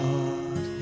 God